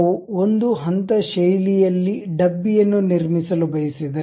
ನಾವು ಒಂದು ಹಂತ ಶೈಲಿಯಲ್ಲಿ ಡಬ್ಬಿಯನ್ನು ನಿರ್ಮಿಸಲು ಬಯಸಿದರೆ